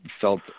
felt